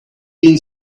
been